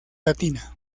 latina